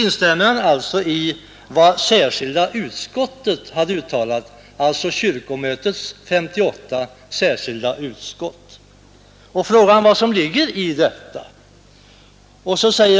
På den punkten instämde han alltså i vad kyrkomötets särskilda utskott hade uttalat.